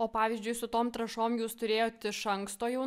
o pavyzdžiui su tom trąšom jūs turėjot iš anksto jau